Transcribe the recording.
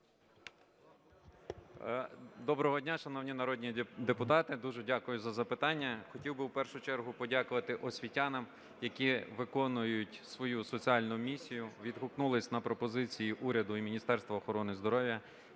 Доброго дня, шановні народні депутати! Дуже дякую за запитання. Хотів би в першу чергу подякувати освітянам, які виконують свою соціальну місію, відгукнулись на пропозиції уряду і Міністерства охорони здоров'я